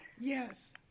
Yes